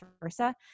versa